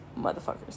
motherfuckers